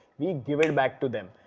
we give it back to them!